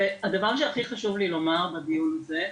הדבר הכי חשוב לי לומר בדיון הזה,